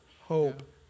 hope